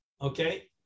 Okay